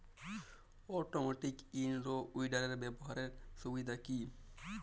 Automatic in row উইডারের ব্যবহারের সুবিধা কি?